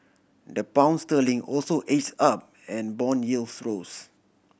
the Pound sterling also edge up and bond yields rose